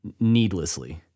needlessly